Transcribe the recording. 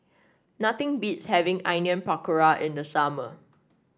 nothing beats having Onion Pakora in the summer